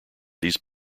these